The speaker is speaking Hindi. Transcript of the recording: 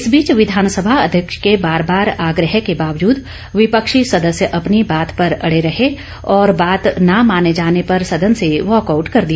इस बीच विधानसभा अध्यक्ष के बार बार आग्रह के बावजूद विपक्षी सदस्य अपनी बात पर अड़े रहे और बात न माने जाने पर सदन से वाकआउट कर दिया